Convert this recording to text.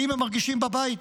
האם הם מרגישים בבית?